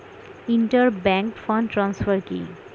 Inter bank fund transfer কি?